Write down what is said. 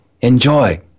enjoy